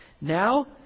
Now